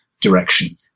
direction